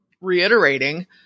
reiterating